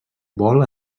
vol